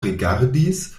rigardis